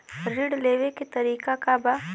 ऋण लेवे के तरीका का बा?